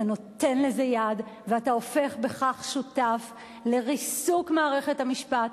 אתה נותן לזה יד ואתה הופך בכך שותף לריסוק מערכת המשפט,